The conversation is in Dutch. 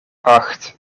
acht